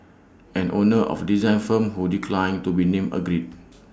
an owner of design firm who declined to be named agreed